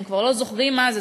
הם כבר לא זוכרים מה זה,